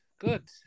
Good